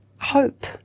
hope